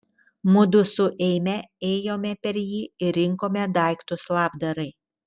mudu su eime ėjome per jį ir rinkome daiktus labdarai